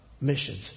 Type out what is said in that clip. missions